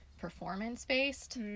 performance-based